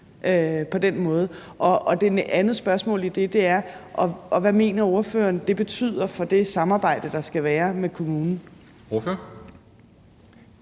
på den måde? Det andet spørgsmål i den forbindelse er: Hvad mener ordføreren det betyder for det samarbejde, der skal være med kommunen? Kl.